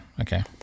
Okay